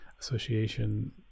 Association